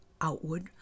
outward